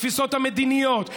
בתפיסות המדיניות,